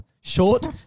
short